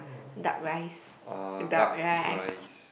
duck rice duck rice